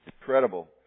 Incredible